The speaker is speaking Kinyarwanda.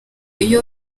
iyo